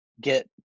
get